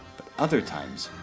but other times,